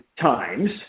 times